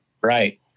Right